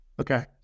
Okay